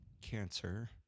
cancer